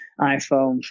iphone